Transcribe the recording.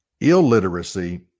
illiteracy